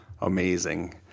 amazing